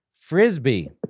Frisbee